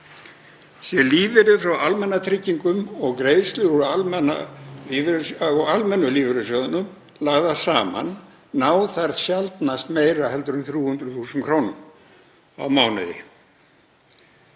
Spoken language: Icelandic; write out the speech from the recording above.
Sé lífeyrir frá almannatryggingum og greiðslur úr almennu lífeyrissjóðunum lagðar saman ná þær sjaldnast meira en 300.000 kr. á mánuði.